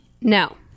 No